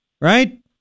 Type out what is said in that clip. Right